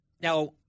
Now